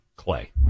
Clay